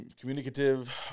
communicative